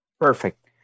Perfect